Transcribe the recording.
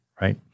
right